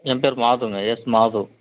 என் பேயரு மாதுங்க எஸ் மாது